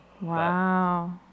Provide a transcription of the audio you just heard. wow